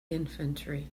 infantry